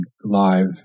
live